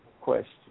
question